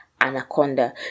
anaconda